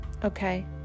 okay